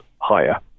higher